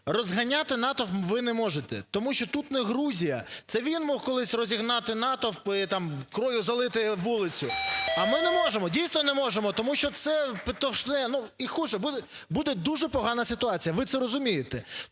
розганяти натовп ви не можете, тому що тут не Грузія. Це він міг колись розігнати натовпи і кров'ю залити вулицю, а ми не можемо, дійсно, не можемо, тому що це підштовхне… і буде дуже погана ситуація, ви це розумієте.